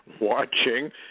watching